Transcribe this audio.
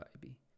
baby